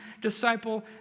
disciple